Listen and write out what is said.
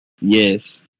yes